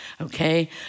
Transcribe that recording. okay